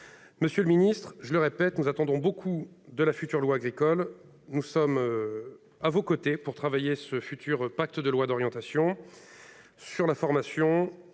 Monsieur le ministre, je le répète, nous attendons beaucoup de la future loi agricole. Nous sommes à vos côtés pour travailler sur les futurs pacte et loi d'orientation et d'avenir